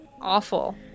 Awful